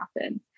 happen